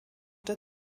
der